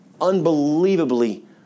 unbelievably